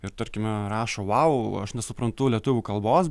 ir tarkime rašo vau aš nesuprantu lietuvių kalbos